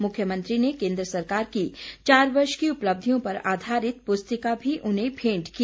मुख्यमंत्री ने केन्द्र सरकार की चार वर्ष की उपलब्धियों पर आधारित पुस्तिका भी उन्हें मेंट की